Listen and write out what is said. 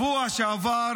של מי פשעים?